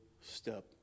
step